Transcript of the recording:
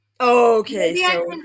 Okay